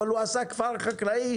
אבל הוא עשה כפר חקלאי,